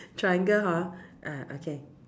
triangle hor ah okay